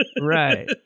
right